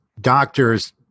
doctors